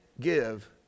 give